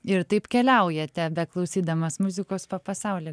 ir taip keliaujate beklausydamas muzikos po pasaulį